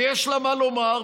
ויש לה מה לומר,